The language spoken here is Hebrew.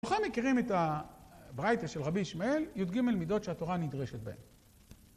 כולכם מכירים את הברייטה של רבי ישמעאל, י"ג מידות שהתורה נדרשת בהן.